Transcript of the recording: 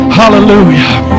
hallelujah